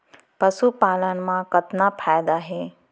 पशुपालन मा कतना फायदा हे?